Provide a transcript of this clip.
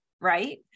Right